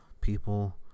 people